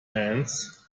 hands